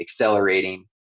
accelerating